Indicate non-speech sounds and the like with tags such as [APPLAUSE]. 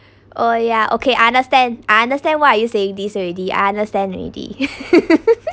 oh ya okay understand understand why are you saying this already understand already [LAUGHS]